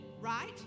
right